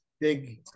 big